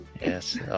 Yes